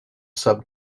sub